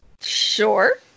Sure